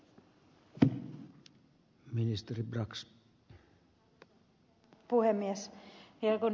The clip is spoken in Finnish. vielä kun ed